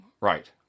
Right